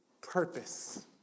purpose